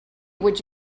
would